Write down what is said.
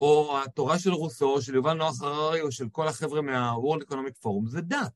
או התורה של רוסו, של יובל נוח הררי, או של כל החבר'ה מהWorld Economic Forum, זה דת.